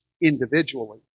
individually